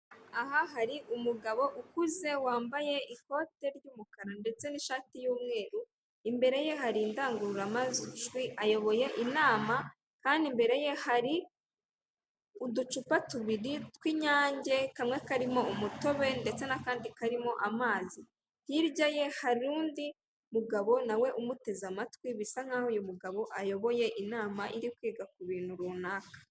Aha hari umugabo ukuze wambaye ikote ry'umukara ndetse n'ishati y'umweru, imbere ye hari indangururamajwi ayoboye inama, kandi imbere ye hari uducupa tubiri tw'inyange kamwe karimo umutobe, ndetse n'akandi karimo amazi hirya ye harindi mugabo nawe umuteze amatwi, bisa nk'aho uyu mugabo ayoboye inama iri kwiga ku bintu runaka.